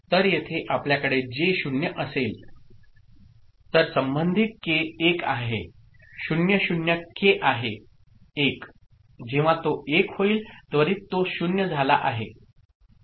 तर येथे आपल्याकडे जे 0 असेल तर संबंधित के 1 आहे 0 0 के आहे 1 जेव्हा तो 1 होईल त्वरित तो 0 झाला आहे